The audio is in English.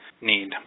need